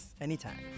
Anytime